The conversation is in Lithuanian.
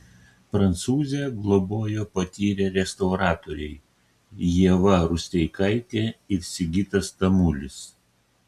prancūzę globojo patyrę restauratoriai ieva rusteikaitė ir sigitas tamulis